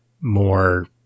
more